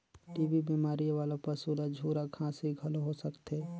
TB बेमारी वाला पसू ल झूरा खांसी घलो हो सकथे